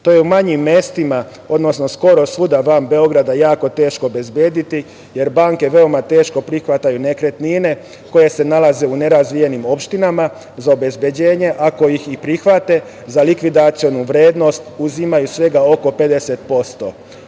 To je u manjim mestima, odnosno skoro svuda van Beograda jako teško obezbediti, jer banke veoma teško prihvataju nekretnine koje se nalaze u nerazvijenim opštinama za obezbeđenje, ako ih i prihvate, za likvidacionu vrednost uzimaju svega oko 50%